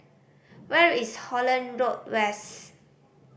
where is Holland Road West